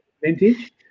vintage